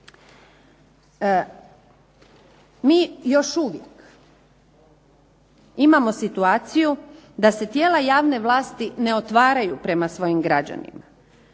Mi još uvijek imamo situaciju da se tijela javne vlasti ne otvaraju prema svojim građanima.